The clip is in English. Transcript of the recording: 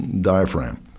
diaphragm